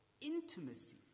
intimacy